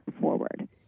forward